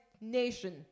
nation